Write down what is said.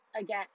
Again